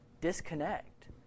disconnect